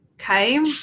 Okay